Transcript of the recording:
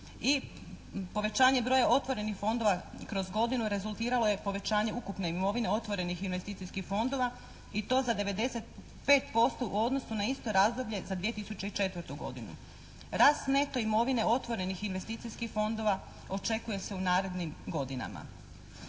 i povećanje broja otvorenih fondova kroz godinu rezultiralo je povećanje ukupne imovine otvorenih investicijskih fondova i to za 95% u odnosu na isto razdoblje za 2004. godinu. Rast neto imovine otvorenih investicijskih fondova očekuje se u narednim godinama.